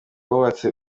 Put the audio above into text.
wubatse